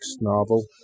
novel